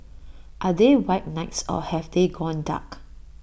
are they white knights or have they gone dark